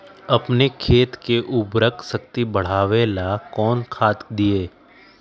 अपन खेत के उर्वरक शक्ति बढावेला कौन खाद दीये?